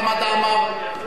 חמד עמאר,